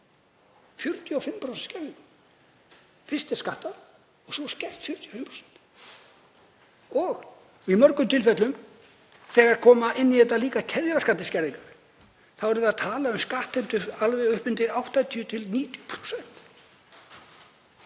45% skerðingu. Fyrst er skattað og svo skert 45%. Í mörgum tilfellum, þegar koma inn í þetta líka keðjuverkandi skerðingar, þá erum við að tala um skattheimtu alveg upp undir 80–90%.